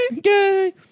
gay